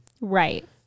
Right